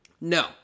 No